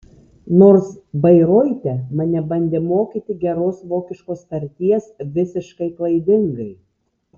nors bairoite mane bandė mokyti geros vokiškos tarties visiškai klaidingai